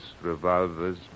revolvers